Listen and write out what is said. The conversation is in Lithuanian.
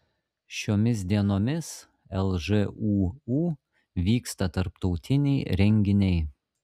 šiomis dienomis lžūu vyksta tarptautiniai renginiai